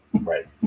Right